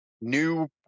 new